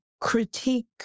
Critique